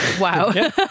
wow